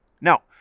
Now